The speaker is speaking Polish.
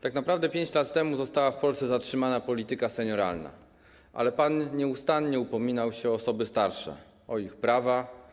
Tak naprawdę 5 lat temu została w Polsce zatrzymana polityka senioralna, ale pan nieustannie upominał się o osoby starsze, o ich prawa.